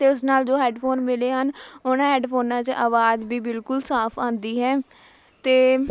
ਅਤੇ ਉਸ ਨਾਲ ਜੋ ਹੈੱਡਫੋਨ ਮਿਲੇ ਹਨ ਉਹਨਾਂ ਹੈੱਡਫੋਨਾਂ 'ਚ ਆਵਾਜ਼ ਵੀ ਬਿਲਕੁਲ ਸਾਫ ਆਉਂਦੀ ਹੈ ਅਤੇ